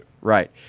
Right